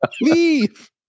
leave